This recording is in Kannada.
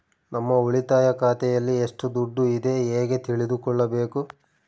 ನಮ್ಮ ಉಳಿತಾಯ ಖಾತೆಯಲ್ಲಿ ಎಷ್ಟು ದುಡ್ಡು ಇದೆ ಹೇಗೆ ತಿಳಿದುಕೊಳ್ಳಬೇಕು?